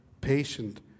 patient